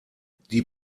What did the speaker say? die